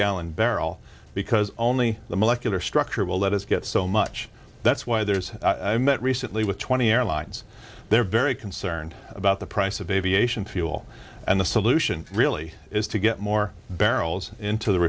gallon barrel because only the molecular structure will let us get so much that's why there's i met recently with twenty airlines they're very concerned about the price of aviation fuel and the solution really is to get more barrels into the